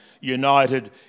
united